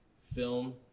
film